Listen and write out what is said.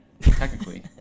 Technically